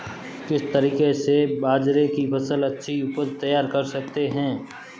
किस तरीके से बाजरे की फसल की अच्छी उपज तैयार कर सकते हैं?